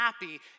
happy